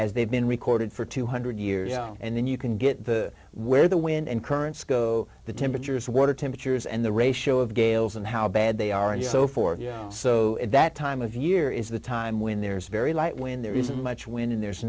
as they've been recorded for two hundred years and then you can get to where the wind and current sco the temperatures water temperatures and the ratio of gales and how bad they are and so forth so that time of year is the time when there is very light when there isn't much wind and there's